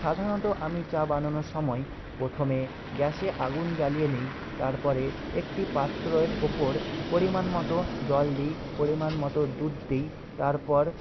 সাধারণত আমি চা বানানোর সময় প্রথমে গ্যাসে আগুন জালিয়ে নিই তারপরে একটি পাত্রর ওপর পরিমাণ মতো জল দিই পরিমাণ মতো দুধ দিই তারপর